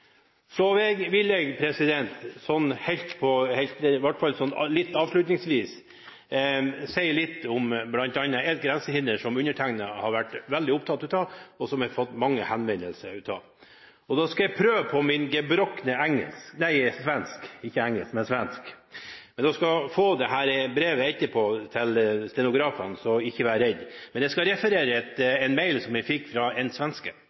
vil jeg avslutningsvis si litt om bl.a. et grensehinder som undertegnede har vært veldig opptatt av, og som jeg har fått mange henvendelser om. Jeg skal prøve på min gebrokne svensk – stenografene skal få dette brevet etterpå, ikke vær redd. Jeg skal referere en mail som jeg fikk fra en svenske,